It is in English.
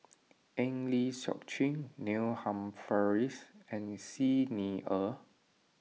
Eng Lee Seok Chee Neil Humphreys and Xi Ni Er